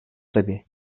tabii